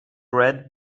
red